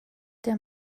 der